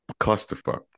Clusterfuck